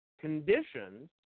conditions